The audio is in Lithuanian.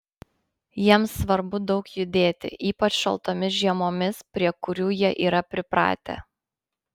jiems svarbu daug judėti ypač šaltomis žiemomis prie kurių jie yra pripratę